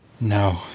No